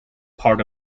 part